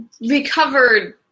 recovered